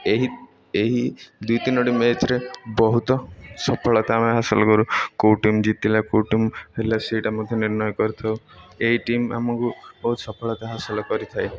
ଏହି ଏହି ଦୁଇ ତିନୋଟି ମ୍ୟାଚ୍ରେ ବହୁତ ସଫଳତା ଆମେ ହାସଲ କରୁ କେଉଁ ଟିମ୍ ଜିତିଲା କେଉଁ ଟିମ୍ ହେଲା ସେଇଟା ମଧ୍ୟ ନିର୍ଣ୍ଣୟ କରିଥାଉ ଏହି ଟିମ୍ ଆମକୁ ବହୁତ ସଫଳତା ହାସଲ କରିଥାଏ